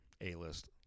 A-list